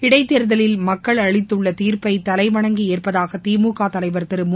இடைத்தேர்தலில் மக்கள் அளித்துள்ள தீர்ப்பை தலை வணங்கி ஏற்பதாக திமுக தலைவர் திரு மு